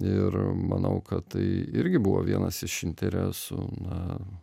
ir manau kad tai irgi buvo vienas iš interesų na